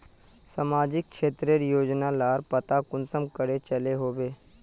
सामाजिक क्षेत्र रेर योजना लार पता कुंसम करे चलो होबे?